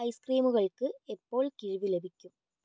ഐസ്ക്രീമുകൾക്ക് എപ്പോൾ കിഴിവ് ലഭിക്കും